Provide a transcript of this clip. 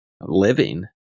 living